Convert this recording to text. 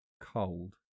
cold